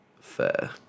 Fair